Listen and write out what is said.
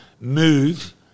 move